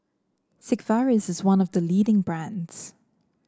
Sigvaris is one of the leading brands